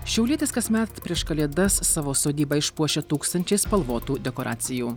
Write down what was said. šiaulietis kasmet prieš kalėdas savo sodybą išpuošia tūkstančiais spalvotų dekoracijų